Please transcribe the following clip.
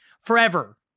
forever